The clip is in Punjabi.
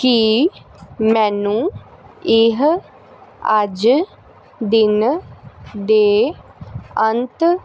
ਕੀ ਮੈਨੂੰ ਇਹ ਅੱਜ ਦਿਨ ਦੇ ਅੰਤ